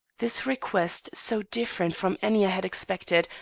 this request, so different from any i had expected,